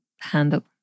handle